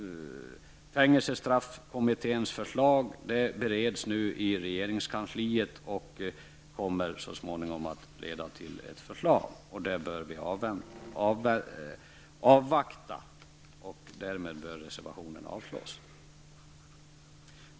Fängelsestraffkommitténs förslag bereds nu i regeringskansliet och kommer så småningom att leda till ett förslag som vi bör avvakta. Därmed bör reservationen avslås.